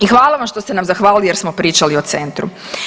I hvala vam što ste nam zahvalili jer smo pričali o Centru.